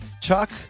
Chuck